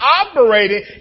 operating